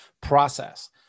process